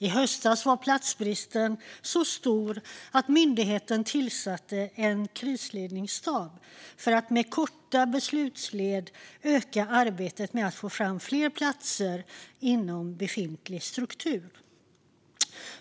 I höstas var platsbristen så stor att myndigheten tillsatte en krisledningsstab för att med korta beslutsled öka arbetet med att få fram fler platser inom befintlig struktur.